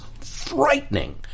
frightening